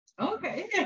Okay